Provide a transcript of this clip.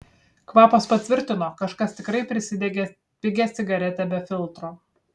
kvapas patvirtino kažkas tikrai prisidegė pigią cigaretę be filtro